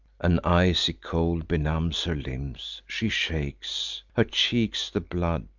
an icy cold benumbs her limbs she shakes her cheeks the blood,